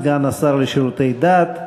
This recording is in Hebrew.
סגן השר לשירותי דת.